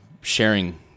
sharing